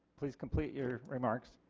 please complete your remarks.